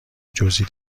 جزئی